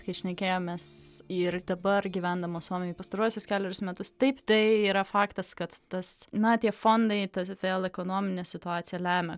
kai šnekėjomės ir dabar gyvendamos suomijoj pastaruosius kelerius metus taip tai yra faktas kad tas na tie fondai ta vėl ekonominė situacija lemia